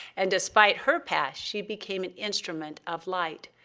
and despite her past, she became an instrument of light,